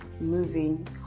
moving